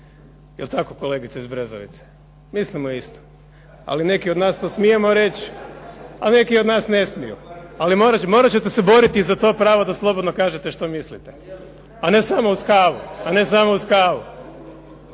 je li tako kolegice iz Brezovice, mislimo isto. Ali neki od nas to smijemo reći, a neki od nas ne smiju, ali morat ćete se boriti za to pravo da kažete što mislite, a ne samo uz kavu. Ovo su sve